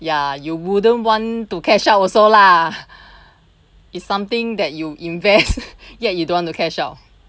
ya you wouldn't want to catch out also lah is something that you invest yet you don't want to cash out